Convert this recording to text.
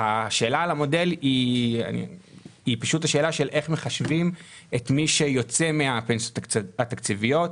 השאלה על המודל היא השאלה של איך מחשבים את מי שיוצא מהפנסיה התקציבית.